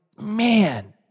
man